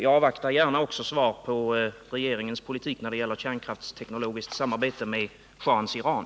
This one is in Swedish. Jag avvaktar gärna svar också på min fråga rörande regeringens politik när det gäller kärnkraftsteknologiskt samarbete med schahens Iran.